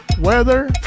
weather